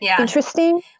interesting